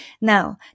Now